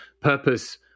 purpose